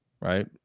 right